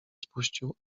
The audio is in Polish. spuścił